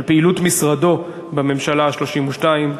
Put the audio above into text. על פעילות משרדו בממשלה ה-32,